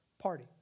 party